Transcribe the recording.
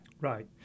Right